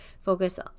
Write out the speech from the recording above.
focus